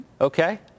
okay